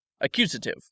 Accusative